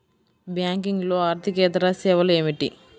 బ్యాంకింగ్లో అర్దికేతర సేవలు ఏమిటీ?